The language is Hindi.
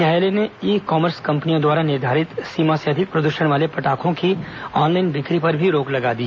न्यायालय ने ई कॉमर्स कंपनियों द्वारा निर्धारित सीमा से अधिक प्रद्षण वाले पटाखों की ऑनलाइन बिक्री पर भी रोक लगा दी